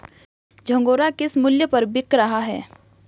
झंगोरा किस मूल्य पर बिक रहा है?